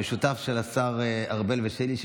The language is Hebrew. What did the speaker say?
המשותף בין השר ארבל וביני,